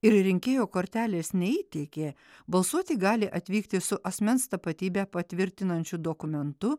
ir rinkėjo kortelės neįteikė balsuoti gali atvykti su asmens tapatybę patvirtinančiu dokumentu